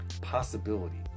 possibility